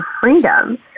freedom